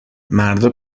مردا